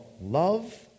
love